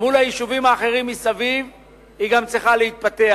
מול היישובים האחרים מסביב היא גם צריכה להתפתח.